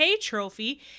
Trophy